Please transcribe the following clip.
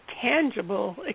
tangible